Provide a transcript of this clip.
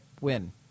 win